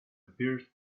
appeared